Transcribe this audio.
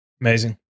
Amazing